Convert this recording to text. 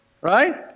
Right